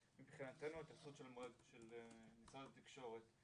מבחינתנו ההתייחסות של משרד התקשורת,